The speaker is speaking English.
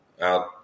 out